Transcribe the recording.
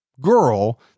girl